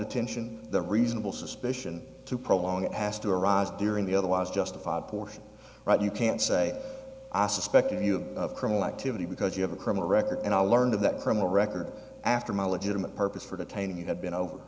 attention the reasonable suspicion to prolong it has to arise during the otherwise justified portion right you can't say i suspect you of criminal activity because you have a criminal record and i learned of that criminal record after my legitimate purpose for detaining you had been